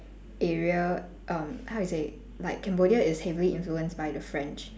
area um how to say like cambodia is heavily influenced by the french